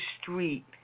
street